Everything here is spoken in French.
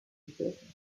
situation